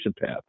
path